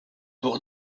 pour